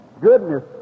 goodness